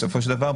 בסופו של דבר,